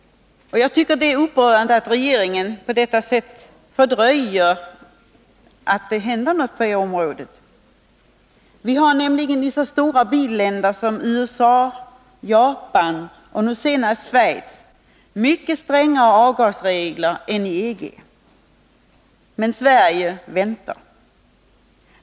Det är upprörande att regeringen på detta sätt fördröjer åtgärder på området. Man har nämligen i så stora billänder som USA, Japan och nu senast Schweiz infört mycket strängare avgasregler än EG-länderna — men Sverige väntar.